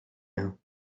now